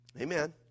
Amen